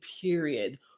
period